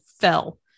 fell